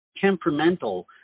temperamental